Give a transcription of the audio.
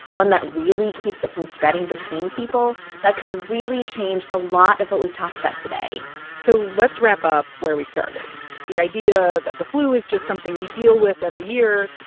one that really keeps it from spreading between people, that could really change a lot of what we've talked about today so let's wrap up where we started the idea that the flu is just something we deal with every year.